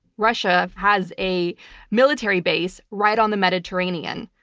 russia has a military base right on the mediterranean.